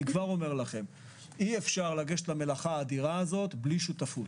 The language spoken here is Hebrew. אני כבר אומר לכם שאי אפשר לגשת למלאכה האדירה הזאת בלי שותפות.